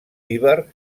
iber